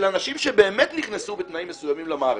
של אנשים שבאמת נכנסו בתנאים מסוימים למערכת,